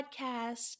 podcast